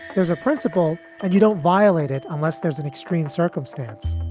there's a principle and you don't violate it unless there's an extreme circumstance.